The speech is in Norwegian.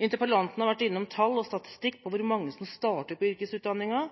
Interpellanten har vært innom tall og statistikk over hvor mange som starter på